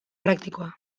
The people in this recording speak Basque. praktikoa